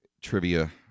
trivia